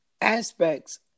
aspects